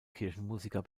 kirchenmusiker